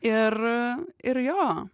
ir ir jo